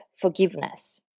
forgiveness